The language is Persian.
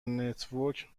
نتورک